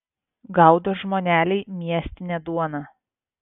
gaudo žmoneliai miestinę duoną